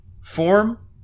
Form